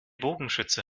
bogenschütze